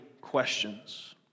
questions